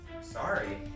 Sorry